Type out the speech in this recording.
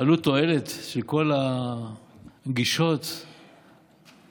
עלות תועלת של כל הגישות הבומבסטיות,